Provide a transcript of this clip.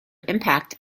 impact